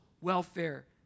welfare